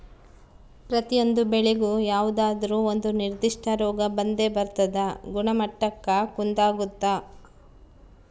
ಪ್ರತಿಯೊಂದು ಬೆಳೆಗೂ ಯಾವುದಾದ್ರೂ ಒಂದು ನಿರ್ಧಿಷ್ಟ ರೋಗ ಬಂದೇ ಬರ್ತದ ಗುಣಮಟ್ಟಕ್ಕ ಕುಂದಾಗುತ್ತ